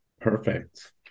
Perfect